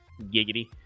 Giggity